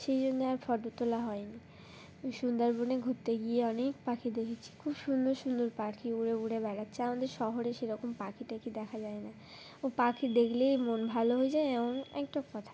সেই জন্যে আর ফটো তোলা হয়নি ওই সুন্দরবনে ঘুরতে গিয়ে অনেক পাখি দেখেছি খুব সুন্দর সুন্দর পাখি উড়ে উড়ে বেড়াচ্ছে আমাদের শহরে সেরকম পাখি টাখি দেখা যায় না ও পাখি দেখলেই মন ভালো হয়ে যায় এমন একটা কথা